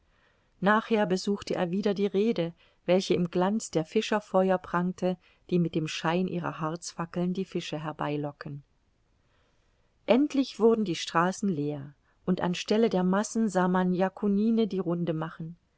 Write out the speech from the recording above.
nachher besuchte er wieder die rhede welche im glanz der fischerfeuer prangte die mit dem schein ihrer harzfackeln die fische herbeilocken endlich wurden die straßen leer und an stelle der massen sah man yakunine die runde machen